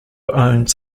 owns